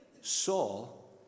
Saul